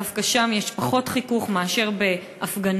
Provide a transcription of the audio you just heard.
דווקא שם יש פחות חיכוך מאשר בהפגנות,